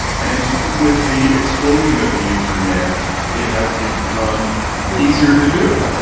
and with the explosion of the internet it has become easier to do.